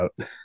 out